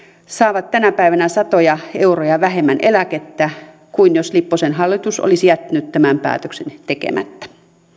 saavat tänä päivänä satoja euroja vähemmän eläkettä kuin jos lipposen hallitus olisi jättänyt tämän päätöksen tekemättä